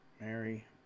Mary